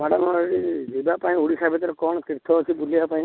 madam ଏଇ ଯିବା ପାଇଁ ଓଡ଼ିଶା ଭିତରେ କ'ଣ ତୀର୍ଥ ଅଛି ବୁଲିବା ପାଇଁ